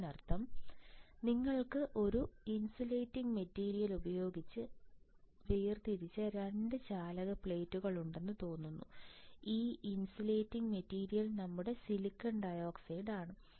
അതിനർത്ഥം നിങ്ങൾക്ക് ഒരു ഇൻസുലേറ്റിംഗ് മെറ്റീരിയൽ ഉപയോഗിച്ച് വേർതിരിച്ച 2 ചാലക പ്ലേറ്റുകളുണ്ടെന്ന് തോന്നുന്നു ഈ ഇൻസുലേറ്റിംഗ് മെറ്റീരിയൽ നമ്മുടെ സിലിക്കൺ ഡൈ ഓക്സൈഡാണ്